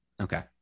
Okay